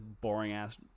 boring-ass